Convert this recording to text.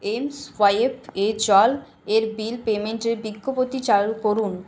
mSwipe এ জলের bill পেমেন্টের বিজ্ঞপ্তি চালু করুন